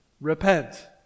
Repent